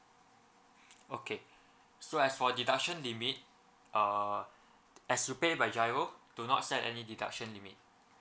okay so as for deduction limit uh as you pay by GIRO do not set any deduction limit